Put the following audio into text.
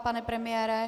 Pane premiére?